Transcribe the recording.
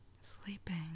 Sleeping